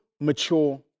mature